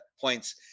points